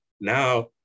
Now